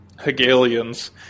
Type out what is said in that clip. Hegelians